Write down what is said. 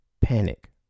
panic